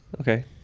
Okay